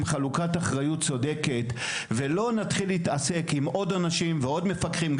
חלוקת אחריות צודקת ולא נתחיל להתעסק עם עוד אנשים ועוד מפקחים.